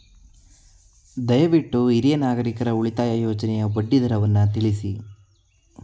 ದಯವಿಟ್ಟು ಹಿರಿಯ ನಾಗರಿಕರ ಉಳಿತಾಯ ಯೋಜನೆಯ ಬಡ್ಡಿ ದರವನ್ನು ತಿಳಿಸಿ